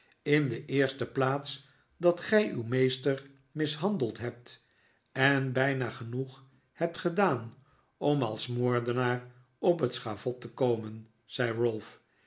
in de eerste plaats dat gij uw meester mishandeld hebt eh bijna genoeg hebt gedaan om als moordenaar op het schavot te komen zei